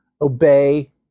obey